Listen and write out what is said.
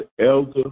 Elder